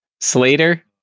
Slater